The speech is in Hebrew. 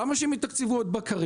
למה שהם יתקצבו עוד בקרים?